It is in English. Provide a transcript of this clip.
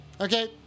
okay